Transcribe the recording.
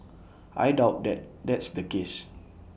I doubt that that's the case